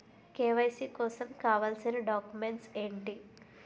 KYC కోసం కావాల్సిన documents ఎంటి?